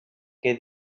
què